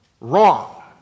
wrong